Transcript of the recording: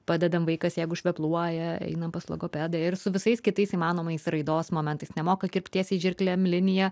padedam vaikas jeigu švepluoja einam pas logopedą ir su visais kitais įmanomais raidos momentais nemoka kirpt tiesiai žirklėm liniją